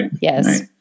Yes